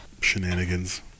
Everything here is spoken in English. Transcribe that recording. shenanigans